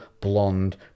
blonde